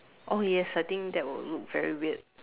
oh yes I think that would look very weird